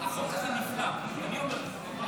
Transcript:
החוק הזה נפלא, אני אומר לך.